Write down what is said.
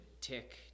tick